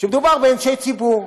כשמדובר באנשי ציבור.